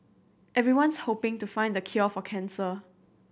everyone's hoping to find the cure for cancer